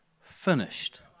finished